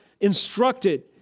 instructed